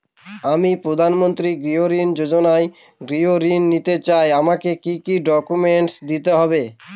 আমি প্রধানমন্ত্রী গৃহ ঋণ যোজনায় গৃহ ঋণ নিতে চাই আমাকে কি কি ডকুমেন্টস দিতে হবে?